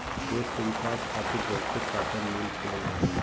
देस के विकास खातिर बहुते काटन मिल खुलल रहे